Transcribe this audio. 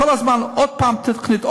כל הזמן עוד פעם תוכנית,